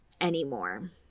anymore